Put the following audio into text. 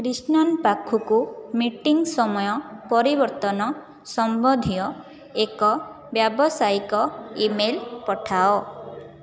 କ୍ରିଶ୍ନନ ପାଖକୁ ମିଟିଂ ସମୟ ପରିବର୍ତ୍ତନ ସମ୍ବନ୍ଧୀୟ ଏକ ବ୍ୟାବସାୟିକ ଇମେଲ୍ ପଠାଅ